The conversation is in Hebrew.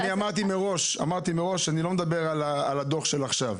אמרתי מראש שאני לא מדבר על הדוח עכשיו.